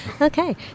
Okay